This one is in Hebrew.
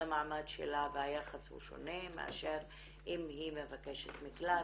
המעמד שלה והיחס שונה מאשר אם היא מבקשת מקלט.